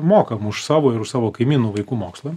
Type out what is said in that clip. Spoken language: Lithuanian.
mokam už savo ir už savo kaimynų vaikų mokslą